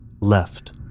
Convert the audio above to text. left